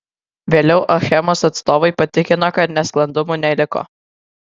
vėliau achemos atstovai patikino kad nesklandumų neliko